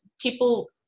people